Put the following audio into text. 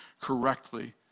correctly